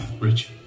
Rich